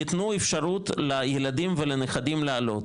יתנו אפשרות לילדים ולנכדים לעלות.